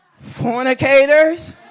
fornicators